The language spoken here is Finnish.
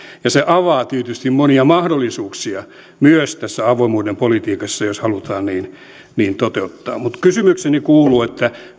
ja se avaa tietysti monia mahdollisuuksia myös tässä avoimuuden politiikassa jos halutaan niin toteuttaa mutta kysymykseni kuuluu